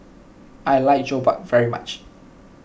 I like Jokbal very much